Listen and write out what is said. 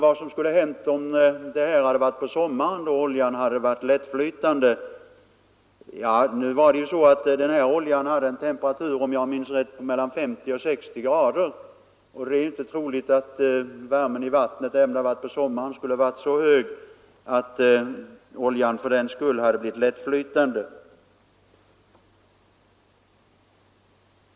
Vad skulle ha hänt, om olyckan inträffat på sommaren, när oljan hade varit lättflytande? Om jag minns rätt hade denna olja en temperatur av mellan 50 och 60 grader, och det är väl inte troligt att värmen i vattnet ens på sommaren skulle ha varit så hög att oljan fördenskull hade blivit lättflytande.